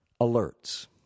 alerts